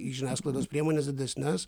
į žiniasklaidos priemones didesnes